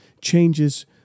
changes